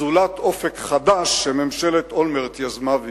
זולת "אופק חדש", שממשלת אולמרט יזמה והפעילה.